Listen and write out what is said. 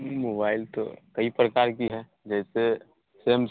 mobile तो कई प्रकार की हैं जैसे सैम